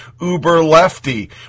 uber-lefty